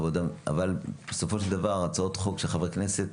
אבל בסופו של דבר הצעות חוק של חברי כנסת